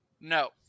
no